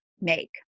make